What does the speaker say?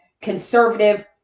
conservative